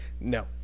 No